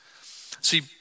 See